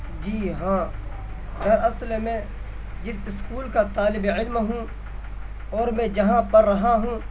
جی ہاں دراصل میں جس اسکول کا طالب علم ہوں اور میں جہاں پر رہا ہوں